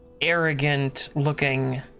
arrogant-looking